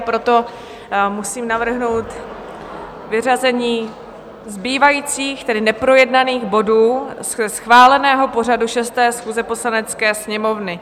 Proto musím navrhnout vyřazení zbývajících, tedy neprojednaných bodů ze schváleného pořadu 6. schůze Poslanecké sněmovny.